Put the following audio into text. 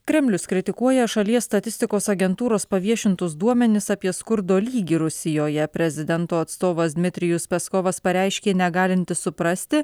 kremlius kritikuoja šalies statistikos agentūros paviešintus duomenis apie skurdo lygį rusijoje prezidento atstovas dmitrijus peskovas pareiškė negalinti suprasti